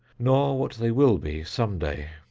nor what they will be some day.